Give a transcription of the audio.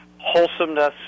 wholesomeness